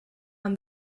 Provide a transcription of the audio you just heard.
and